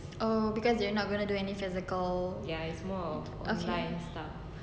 oh because they're not gonna do any physical okay